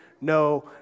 no